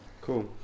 Cool